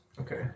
Okay